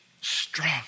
strong